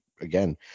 again